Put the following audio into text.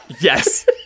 Yes